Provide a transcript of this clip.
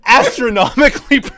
astronomically